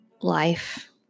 life